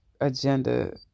agenda